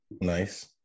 Nice